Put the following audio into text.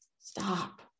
stop